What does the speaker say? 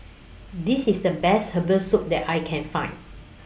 This IS The Best Herbal Soup that I Can Find